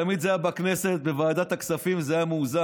תמיד זה היה בכנסת בוועדת הכספים, זה היה מאוזן.